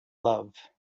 love